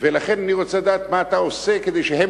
ולכן אני רוצה לדעת מה אתה עושה כדי שהם